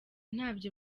ntabyo